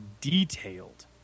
detailed